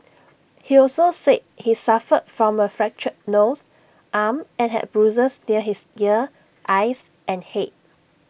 he also said he suffered from A fractured nose arm and had bruises near his ear eyes and Head